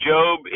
Job